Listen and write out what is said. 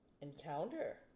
Encounter